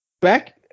back